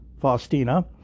Faustina